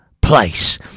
place